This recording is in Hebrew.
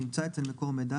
הנמצא אצל מקור מידע,